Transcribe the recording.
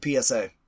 PSA